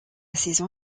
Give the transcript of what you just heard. saison